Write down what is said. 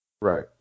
Right